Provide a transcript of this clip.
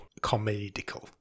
comedical